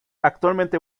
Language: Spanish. actualmente